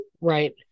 Right